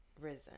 risen